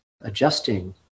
adjusting